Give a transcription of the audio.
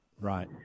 Right